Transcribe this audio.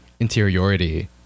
interiority